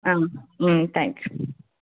thanks